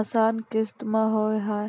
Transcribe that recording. आसान किस्त मे हाव हाय?